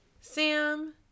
Sam